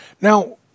Now